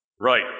Right